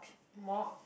morph